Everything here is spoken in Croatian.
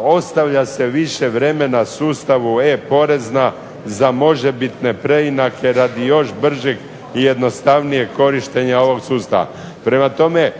ostavlja se više vremena sustavu e-Porezna za možebitne preinake radi još bržeg i jednostavnijeg korištenja ovog sustava. Prema tome,